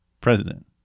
president